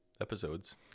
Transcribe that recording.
episodes